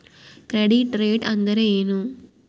Credit rate ಅಂದರೆ ಏನು?